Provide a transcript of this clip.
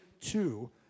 Two